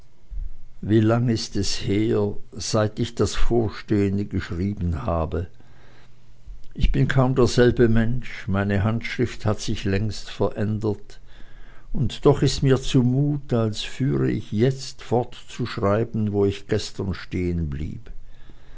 wie lang ist es her seit ich das vorstellende geschrieben habe ich bin kaum derselbe mensch meine handschrift hat sich längst verändert und doch ist mir zu mut als führe ich jetzt fort zu schreiben wo ich gestern